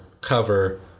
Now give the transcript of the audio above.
cover